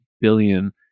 billion